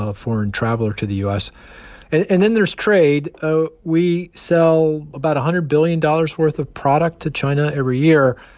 ah foreign traveler to the u s and then there's trade. ah we sell about a hundred billion dollars' worth of product to china every year.